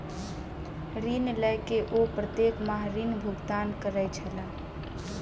ऋण लय के ओ प्रत्येक माह ऋण भुगतान करै छलाह